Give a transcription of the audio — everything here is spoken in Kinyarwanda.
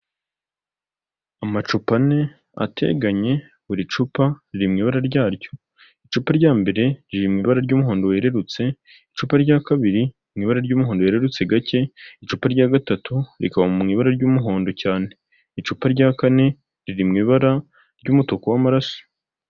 Amacupa ane ateganye buri cupa riri mu ibara ryaryo, icupa rya mbere rima ibara ry'umuhondo wererutse, icupa rya kabiri mu ibara ry'umuhondo wererutse gake, icupa rya gatatu rikaba mu ibara ry'umuhondo cyane, icupa rya kane riri mu ibara ry'umutuku w'amaraso.